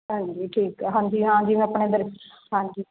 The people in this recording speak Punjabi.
ਹਾਂਜੀ ਠੀਕ ਹੈ ਹਾਂਜੀ ਹਾਂ ਜਿਵੇਂ ਆਪਣੇ ਇੱਧਰ ਹਾਂਜੀ